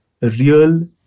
real